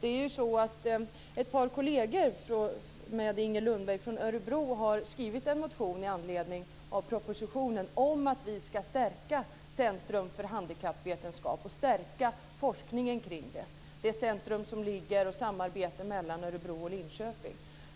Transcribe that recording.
Det är ju så att ett par kolleger till Inger Lundberg från Örebro har skrivit en motion med anledning av propositionen om att vi ska stärka Centrum för handikappvetenskap och stärka forskningen kring detta. Detta centrum är ett samarbete mellan Örebro och Linköping.